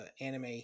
anime